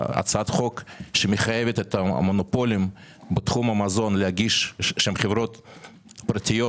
שמחייבת את המונופולים בתחום המזון שהן חברות פרטיות,